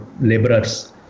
laborers